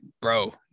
bro